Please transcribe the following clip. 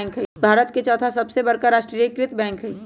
भारत के चौथा सबसे बड़का राष्ट्रीय कृत बैंक हइ